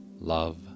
love